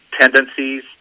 tendencies